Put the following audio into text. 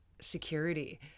security